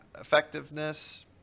effectiveness